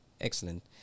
excellent